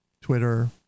Twitter